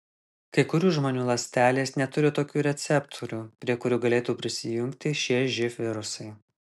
kai kurių žmonių ląstelės neturi tokių receptorių prie kurių galėtų prisijungti šie živ virusai